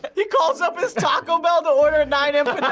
but he calls up his taco bell to order nine and